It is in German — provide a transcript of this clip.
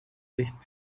sicht